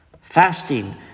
Fasting